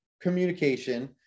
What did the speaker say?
communication